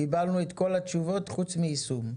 קיבלנו את כל התשובות חוץ מיישום.